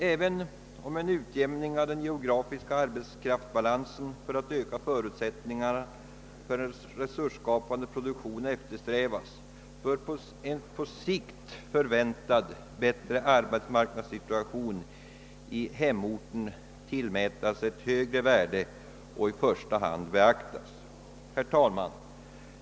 Även om en utjämning av den geografiska arbetskraftsbalansen eftersträvas för att öka förutsättningarna för en resursskapande produktion, så bör en på sikt förväntad bättre arbetsmarknadssituation i hemorten tillmätas ett högre värde och beaktas i första hand.